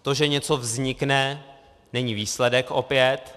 To, že něco vznikne, není výsledek opět.